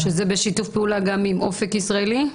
זה בשיתוף פעולה גם עם אופק ישראלי?